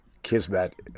Kismet